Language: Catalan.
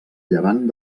llevant